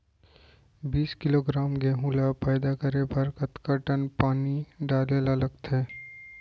बीस किलोग्राम गेहूँ ल पैदा करे बर कतका टन पानी डाले ल लगथे?